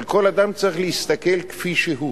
על כל אדם צריך להסתכל כפי שהוא.